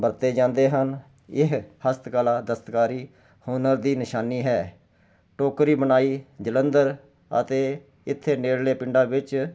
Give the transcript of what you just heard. ਵਰਤੇ ਜਾਂਦੇ ਹਨ ਇਹ ਹਸਤ ਕਲਾ ਦਸਤਕਾਰੀ ਹੁਨਰ ਦੀ ਨਿਸ਼ਾਨੀ ਹੈ ਟੋਕਰੀ ਬਣਾਈ ਜਲੰਧਰ ਅਤੇ ਇੱਥੇ ਨੇੜਲੇ ਪਿੰਡਾਂ ਵਿੱਚ